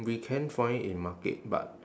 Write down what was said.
we can find in market but